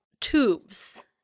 tubes